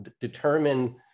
determine